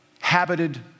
habited